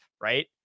right